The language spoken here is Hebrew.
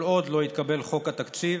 כל עוד לא התקבל חוק התקציב